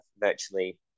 virtually